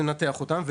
לנתח אותם,